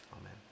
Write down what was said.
Amen